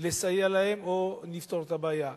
לסייע להן או נפתור את הבעיה.